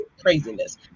craziness